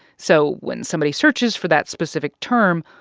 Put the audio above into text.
so when somebody searches for that specific term,